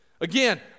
Again